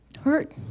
hurt